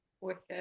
Wicked